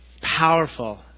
Powerful